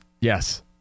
Yes